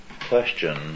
question